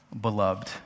beloved